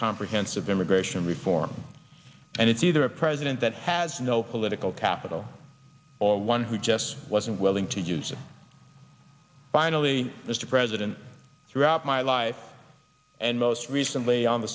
comprehensive immigration reform and it's either a president that has no political capital or one who just wasn't willing to use it finally mr president throughout my life and most recently on the